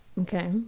Okay